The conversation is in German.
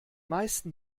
meisten